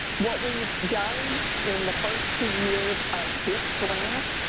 what we've done in the first two years of this grant,